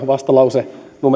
vastalauseen